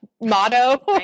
motto